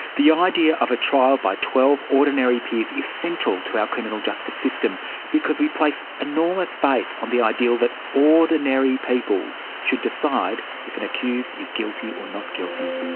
the idea of a trial by twelve ordinary peers is central to our criminal justice system because we place enormous faith on the ideal that ordinary people should decide if an accused is guilty or not guilty.